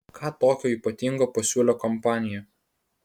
ką tokio ypatingo pasiūlė kompanija